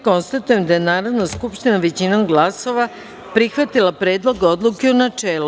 Konstatujem da je Narodna skupština većinom glasova prihvatila Predlog odluke u načelu.